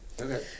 Okay